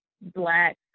Black